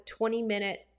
20-minute